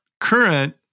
current